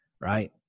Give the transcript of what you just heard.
Right